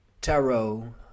tarot